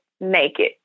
naked